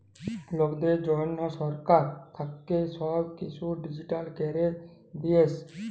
লকদের জনহ সরকার থাক্যে সব কিসু ডিজিটাল ক্যরে দিয়েসে